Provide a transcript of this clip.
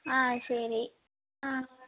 ஆ சரி ஆ